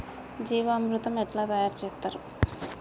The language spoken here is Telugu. జీవామృతం ఎట్లా తయారు చేత్తరు?